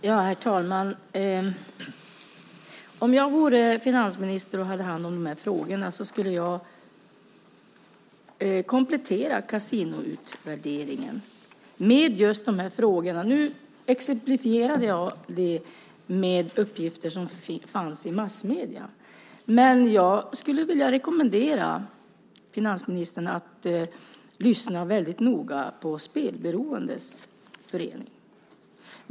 Herr talman! Om jag vore finansminister och hade hand om spelfrågor skulle jag komplettera Kasinoutvärderingen med just dessa frågor. Nu exemplifierade jag dem med uppgifter som fanns i massmedierna, men jag skulle vilja rekommendera finansministern att lyssna mycket noga på Spelberoendes riksförbund.